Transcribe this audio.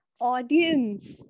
audience